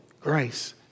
grace